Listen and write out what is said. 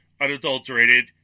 Unadulterated